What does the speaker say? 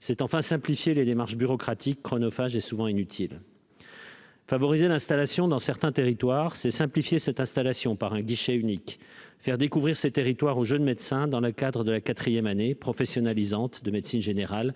c'est simplifier les démarches bureaucratiques, chronophages et souvent inutiles. Promouvoir l'installation dans certains territoires, c'est simplifier cette installation par un guichet unique et faire découvrir ces territoires aux jeunes médecins dans le cadre de la quatrième année, professionnalisante, de médecine générale,